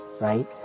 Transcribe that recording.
right